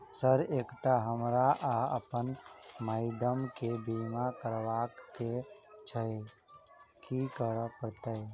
Sir एकटा हमरा आ अप्पन माइडम केँ बीमा करबाक केँ छैय की करऽ परतै?